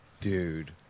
Dude